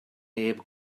neb